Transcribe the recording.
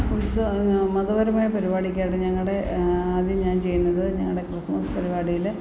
ഉത്സ പിന്നെ മതപരമായ പരിപാടിക്കായിട്ട് ഞങ്ങളുടെ ആദ്യം ഞാൻ ചെയ്യുന്നത് ഞങ്ങളുടെ ക്രിസ്മസ് പരിപാടിയിൽ